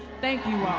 thank you